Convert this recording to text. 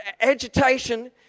agitation